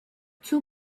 two